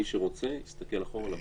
מי שרוצה יסתכל אחורה.